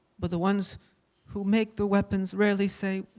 but the ones who make the weapons rarely say,